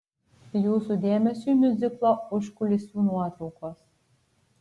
jūsų dėmesiui miuziklo užkulisių nuotraukos